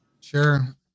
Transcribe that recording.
Sure